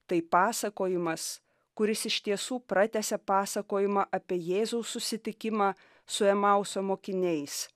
tai pasakojimas kuris iš tiesų pratęsia pasakojimą apie jėzaus susitikimą su emauso mokiniais